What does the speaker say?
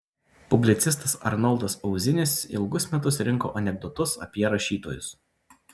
publicistas arnoldas auzinis ilgus metus rinko anekdotus apie rašytojus